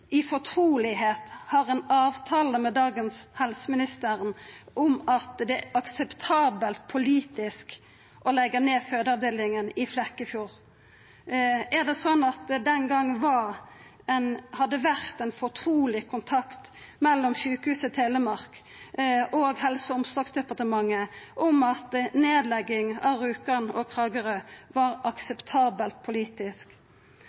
i fortrulegheit, har ein avtale med dagens helseminister om at det er akseptabelt politisk å leggja ned fødeavdelinga i Flekkefjord? Er det slik at det den gongen hadde vore ein fortruleg kontakt mellom Sykehuset Telemark og Helse- og omsorgsdepartementet om at nedlegging av Rjukan og Kragerø var akseptabelt politisk?